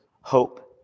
hope